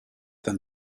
than